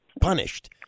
punished